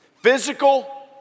Physical